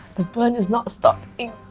the burn is not stopping.